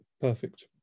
perfect